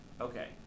okay